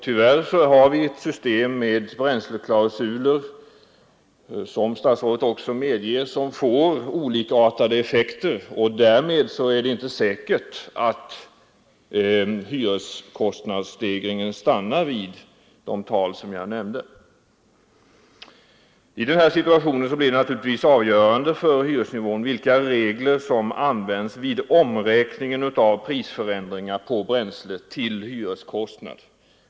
Tyvärr har vi ett system med bränsleklausuler vilket, som statsrådet också medger, får olikartade effekter, och därmed är det inte säkert att hyreskostnadsstegringen stannar vid det tal som jag nämnde. Det är naturligtvis avgörande för hyresnivån vilka regler som används vid omräkningen av prisförändringar på bränsle till hyreskostnad.